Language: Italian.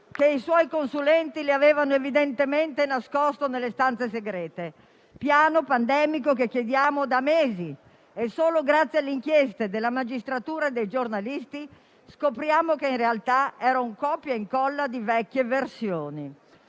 che i suoi consulenti le avevano evidentemente nascosto nelle stanze segrete; piano pandemico che chiediamo da mesi, e solo grazie alle inchieste della magistratura e dei giornalisti scopriamo che in realtà era un copia e incolla di vecchie versioni.